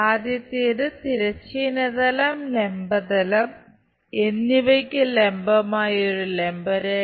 ആദ്യത്തേത് തിരശ്ചീന തലം ലംബ തലം എന്നിവയ്ക്ക് ലംബമായി ഒരു ലംബ രേഖ